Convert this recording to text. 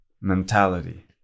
mentality